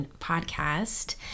podcast